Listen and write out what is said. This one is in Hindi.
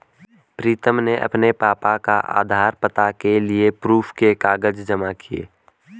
प्रीतम ने अपने पापा का आधार, पता के लिए प्रूफ के कागज जमा किए